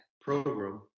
program